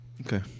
Okay